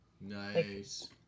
Nice